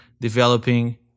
developing